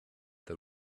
that